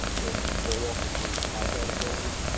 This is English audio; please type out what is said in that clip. that patrol officers have that ability.